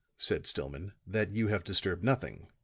said stillman, that you have disturbed nothing.